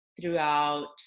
throughout